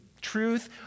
truth